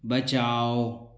बचाओ